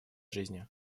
жизни